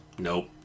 Nope